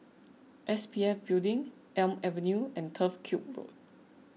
S P F Building Elm Avenue and Turf Ciub Road